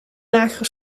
lagere